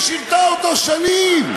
ששירתה אותו שנים.